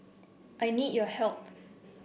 I need your help